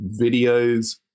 videos